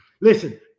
Listen